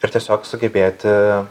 ir tiesiog sugebėti